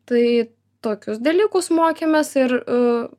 tai tokius dalykus mokėmės ir